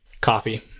Coffee